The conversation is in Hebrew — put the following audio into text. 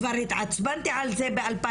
כבר התעצבנתי על זה ב-2016,